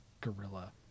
gorilla